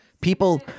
People